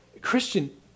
Christian